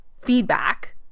feedback